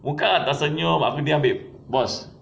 buka atau senyum aku pun diam babe boss